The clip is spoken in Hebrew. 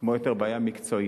יותר בעיה מקצועית.